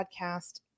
podcast